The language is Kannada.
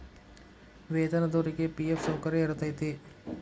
ವೇತನದೊರಿಗಿ ಫಿ.ಎಫ್ ಸೌಕರ್ಯ ಇರತೈತಿ